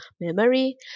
memory